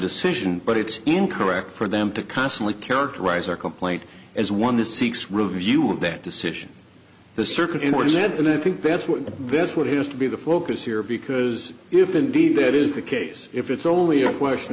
decision but it's incorrect for them to constantly characterize our complaint as one the sikh's review of that decision the circuit in order said and i think that's what this what has to be the focus here because if indeed that is the case if it's only a question